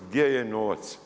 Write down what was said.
Gdje je novac?